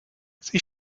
sie